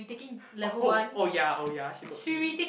oh oh ya oh ya she told me